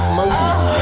monkeys